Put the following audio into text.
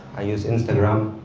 i use instagram,